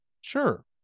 Sure